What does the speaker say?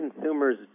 consumers